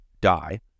die